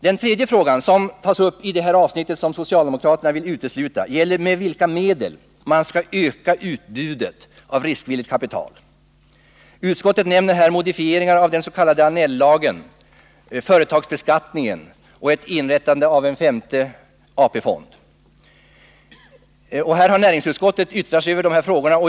Den tredje frågan, som tas upp i det avsnitt som socialdemokraterna vill utesluta, gäller med vilka medel man skall öka utbudet av riskvilligt kapital. Utskottet nämner här modifieringar av den s.k. Annell-lagen, företagsbeskattningen och ett eventuellt inrättande av en femte AP-fond. Näringsutskottet har yttrat sig över de här frågorna.